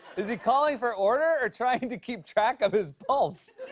is he calling for order or trying to keep track of his pulse?